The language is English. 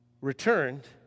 returned